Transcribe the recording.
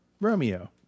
Romeo